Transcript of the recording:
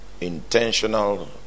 intentional